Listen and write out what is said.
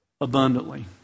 abundantly